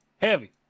Heavy